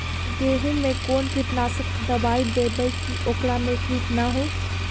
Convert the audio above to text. गेहूं में कोन कीटनाशक दबाइ देबै कि ओकरा मे किट न हो?